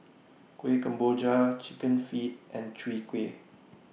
Kuih Kemboja Chicken Feet and Chwee Kueh